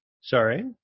sorry